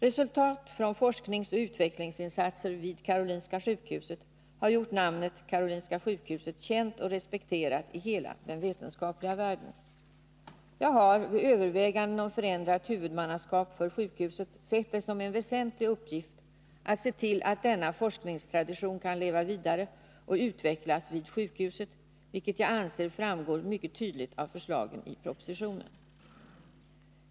Resultat från forskningsoch utvecklingsinsatser vid Karolinska sjukhuset har gjort namnet Karolinska sjukhuset känt och respekterat i hela den vetenskapliga världen. Jag har vid övervägandena om förändrat huvudmannaskap för sjukhuset sett det som en väsentlig uppgift att se till att denna forskningstradition kan leva vidare och utvecklas vid sjukhuset, vilket jag anser framgår mycket tydligt av förslagen i propositionen.